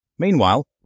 Meanwhile